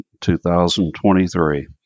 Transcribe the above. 2023